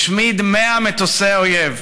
הוא השמיד 100 מטוסי אויב.